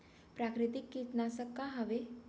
प्राकृतिक कीटनाशक का हवे?